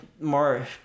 more